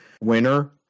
winner